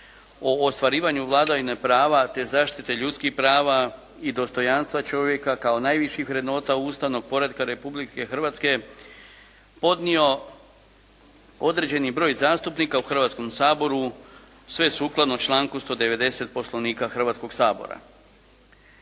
o ostvarivanju vladavine prava te zaštite ljudskih prava i dostojanstva čovjeka kao najviših vrednota ustavnog poretka Republike Hrvatske podnio određeni broj zastupnika u Hrvatskom saboru sve sukladno članku 190. Poslovnika Hrvatskoga sabora.